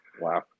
wow